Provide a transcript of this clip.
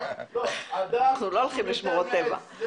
אנחנו לא הולכים לשמורות טבע.